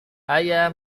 ayah